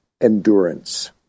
endurance